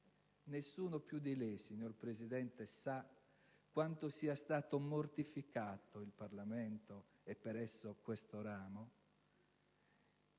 Nessuno più di lei sa, signor Presidente, quanto sia stato mortificato il Parlamento, e per esso questo ramo,